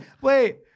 wait